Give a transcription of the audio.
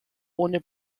ohne